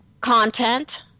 content